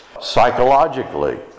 psychologically